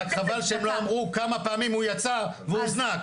חבל שלא אמרו כמה פעמים הוא יצא והוזנק,